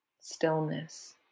stillness